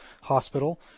hospital